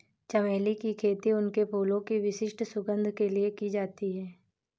चमेली की खेती उनके फूलों की विशिष्ट सुगंध के लिए की जाती है